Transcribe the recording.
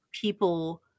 people